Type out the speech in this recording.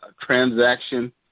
transaction